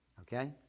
Okay